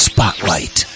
Spotlight